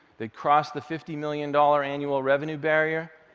that crossed the fifty million dollars annual revenue barrier,